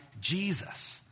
Jesus